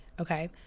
okay